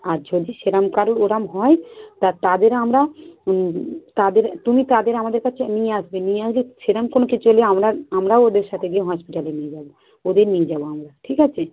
আর যদি সেই রকম কারুর ওই রকম হয় তা তাদের আমরা তাদের তুমি তাদের আমাদের কাছে নিয়ে আসবে নিয়ে আসবে সে রকম কোনো কিচু হলে আমরা আমরাও ওদের সাথে গিয়ে হসপিটালে নিয়ে যাবো ওদের নিয়ে যাবো আমরা ঠিক আছে